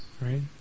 right